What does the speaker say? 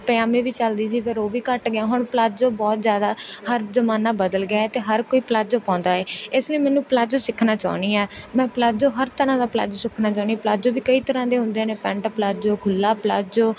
ਪਜਾਮੇ ਵੀ ਚੱਲਦੇ ਸੀ ਫਿਰ ਉਹ ਵੀ ਘੱਟ ਗਿਆ ਹੁਣ ਪਲਾਜੋ ਬਹੁਤ ਜ਼ਿਆਦਾ ਹਰ ਜ਼ਮਾਨਾ ਬਦਲ ਗਿਆ ਅਤੇ ਹਰ ਕੋਈ ਪਲਾਜੋ ਪਾਉਂਦਾ ਹੈ ਇਸ ਲਈ ਮੈਨੂੰ ਪਲਾਜੋ ਸਿੱਖਣਾ ਚਾਹੁੰਦੀ ਹਾਂ ਮੈਂ ਪਲਾਜੋ ਹਰ ਤਰ੍ਹਾਂ ਦਾ ਪਲਾਜੋ ਸਿੱਖਣਾ ਚਾਹੁੰਦੀ ਹਾਂ ਪਲਾਜੋ ਵੀ ਕਈ ਤਰ੍ਹਾਂ ਦੇ ਹੁੰਦੇ ਨੇ ਪੈਂਟ ਪਲਾਜੋ ਖੁੱਲ੍ਹਾ ਪਲਾਜੋ